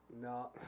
No